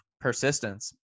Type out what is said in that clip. Persistence